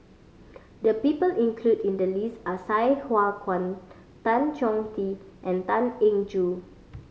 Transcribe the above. the people include in the list are Sai Hua Kuan Tan Chong Tee and Tan Eng Joo